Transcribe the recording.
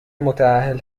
متاهل